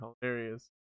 hilarious